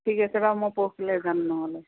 ঠিক আছে বাৰু মই পৰহিলৈ যাম নহ'লে